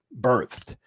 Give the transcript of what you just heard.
birthed